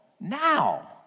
now